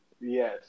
Yes